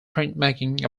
printmaking